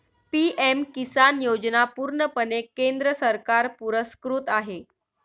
PM किसान योजना पूर्णपणे केंद्र सरकार पुरस्कृत आहे